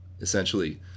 essentially